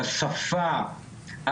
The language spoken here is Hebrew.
השפה,